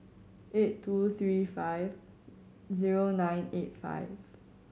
eight two three five zero nine eight five